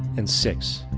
and six.